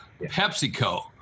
PepsiCo